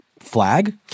Flag